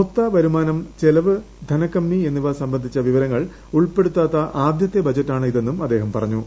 മൊത്ത വരുമ്ടൂന്റ് ചെലവ് ധനക്കമ്മി എന്നിവ സംബന്ധിച്ച വിവരങ്ങൾ ഉൾപ്പെടുത്താത്ത ആദ്യത്തെ ബജറ്റാണ് ഇതെന്നും അദ്ദേഹം പറഞ്ഞു